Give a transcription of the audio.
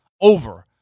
over